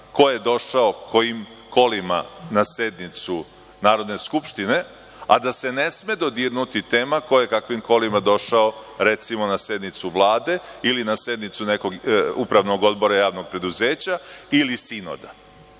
ko je došao kojim kolima na sednicu Narodne skupštine, a da se ne sme dodirnuti tema ko je kakvim kolima došao, recimo, na sednicu Vlade ili na sednicu nekog upravnog odbora javnog preduzeća ili sinoda. Da